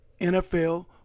NFL